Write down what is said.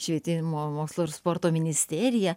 švietimo mokslo ir sporto ministerija